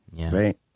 right